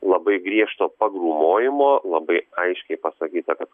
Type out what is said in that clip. labai griežto pagrūmojimo labai aiškiai pasakyta kad